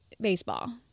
baseball